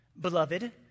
beloved